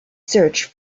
search